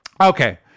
Okay